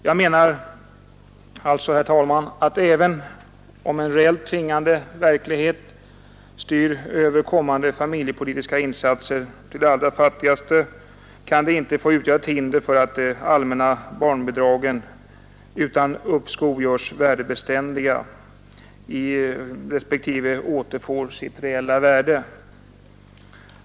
Jag menar alltså, herr talman, att även om en reellt tvingande verklighet styr utvecklingen över kommande familjepolitiska insatser till de allra fattigaste, kan detta inte få utgöra ett hinder för att de allmänna barnbidragen utan uppskov görs värdebeständiga respektive återfår sitt reella värde.